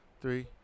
three